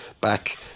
Back